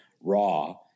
raw